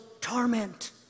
torment